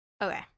Okay